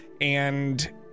and-